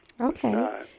Okay